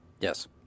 Yes